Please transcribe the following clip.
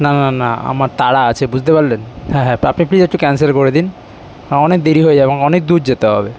না না না আমার তাড়া আছে বুঝতে পারলেন হ্যাঁ হ্যাঁ আপনি প্লিজ একটু ক্যানসেল করে দিন আমার অনেক দেরি হয়ে যাবে অনেক দূর যেতে হবে